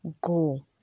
Go